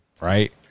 Right